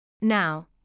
Now